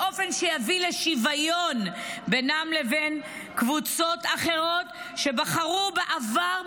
באופן שיביא לשוויון בינם לבין קבוצות אחרות שבחרו בעבר,